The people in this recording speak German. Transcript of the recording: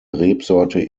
rebsorte